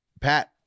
Pat